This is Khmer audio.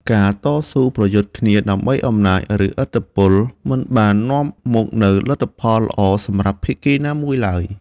ការតស៊ូប្រយុទ្ធគ្នាដើម្បីអំណាច ឬឥទ្ធិពល មិនបាននាំមកនូវលទ្ធផលល្អសម្រាប់ភាគីណាមួយឡើយ។